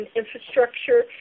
infrastructure